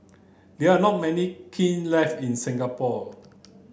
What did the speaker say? there are not many kiln left in Singapore